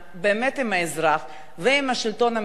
באמת עם האזרח ועם השלטון המקומי,